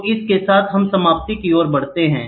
तो इस के साथ हम समाप्ति की ओर बढ़ते हैं